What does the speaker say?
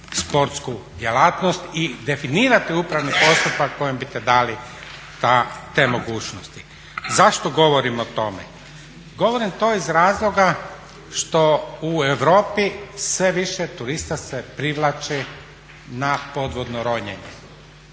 sportsku djelatnost i definirati upravni postupak kojim bi ste dali te mogućnosti. Zašto govorim o tome? govorim to iz razloga što u Europi sve više turista se privlači na podvodno ronjenje